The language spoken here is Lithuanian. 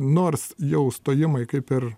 nors jau stojimai kaip ir